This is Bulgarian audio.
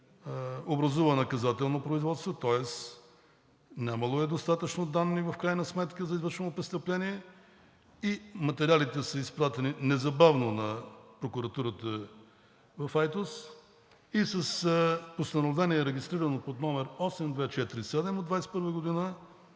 образува наказателно производство, тоест нямало е достатъчно данни в крайна сметка за извършено престъпление и материалите са изпратени незабавно на прокуратурата в Айтос, и с постановление, регистрирано под № 8247 от 2021 г.,